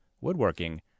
woodworking